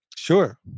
Sure